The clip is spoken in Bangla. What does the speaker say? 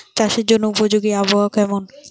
চাষের জন্য উপযোগী আবহাওয়া কেমন?